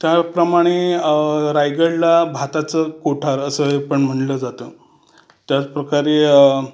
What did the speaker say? त्याप्रमाणे रायगडला भाताचं कोठार असं पण म्हटलं जातं त्याचप्रकारे